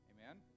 Amen